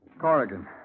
Corrigan